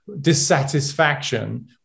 dissatisfaction